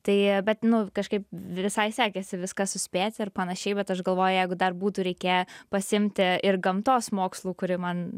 tai bet nu kažkaip visai sekėsi viską suspėti ir panašiai bet aš galvoju jeigu dar būtų reikėję pasiimti ir gamtos mokslų kuri man